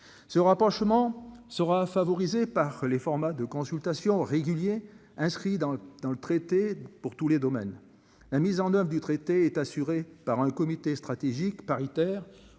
ce rapprochement sera favorisé. Par les formats de consultation régulier, inscrit dans le dans le traité pour tous les domaines, la mise en oeuvre du traité est assurée par un comité stratégique. Paritaire